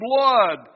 blood